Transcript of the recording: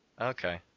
Okay